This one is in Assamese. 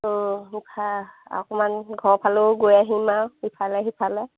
অঁ মুখা অকমান ঘৰৰফালেও গৈ আহিম আৰু ইফালে সিফালে